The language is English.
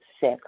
sick